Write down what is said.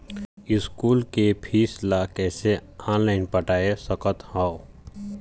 School के fees ला कैसे ऑनलाइन पटाए सकत हव?